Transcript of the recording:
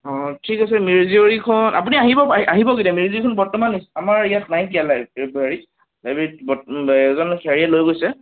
অ ঠিক আছে মিৰি জীয়ৰিখন আপুনি আহিব আহিব কেতিয়া মিৰি জীয়ৰিখন বৰ্তমান আমাৰ ইয়াত নাইকীয়া লাইব্ৰেৰীত হেৰিত লাইব্ৰেৰীত এজন হেৰিয়ে লৈ গৈছে